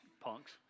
Punks